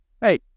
Hey